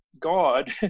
God